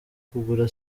kugura